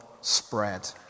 spread